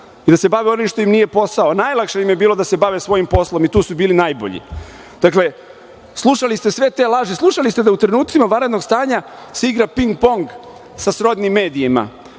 i da se bave onim što im nije posao. Najlakše im je bilo da se bave svojim poslom i tu su bili najbolji. Dakle, slušali ste sve te laži. Slušali ste da u trenucima vanrednog stanja se igra ping-pong sa srodnim medijima,